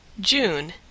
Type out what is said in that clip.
June